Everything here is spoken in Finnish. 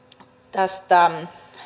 tästä